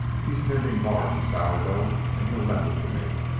he's tending bar in the sourdough, and he'll lend it to me.